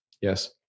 Yes